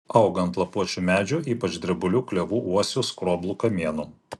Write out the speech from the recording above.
auga ant lapuočių medžių ypač drebulių klevų uosių skroblų kamienų